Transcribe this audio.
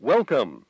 Welcome